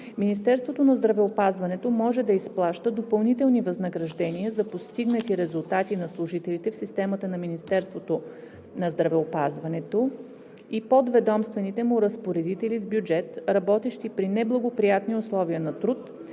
Министерството на здравеопазването може да изплаща допълнителни възнаграждения за постигнати резултати на служители в системата на Министерството на здравеопазването и подведомствените му разпоредители с бюджет, работещи при неблагоприятни условия на труд